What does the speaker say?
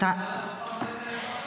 עוד פעם, איזו ועדה?